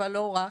אבל לא רק.